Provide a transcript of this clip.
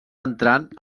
entrant